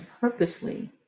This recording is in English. purposely